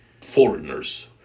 foreigners